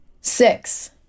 Six